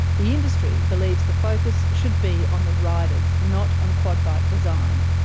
the industry believes the focus should be on the riders, not on quad bike design.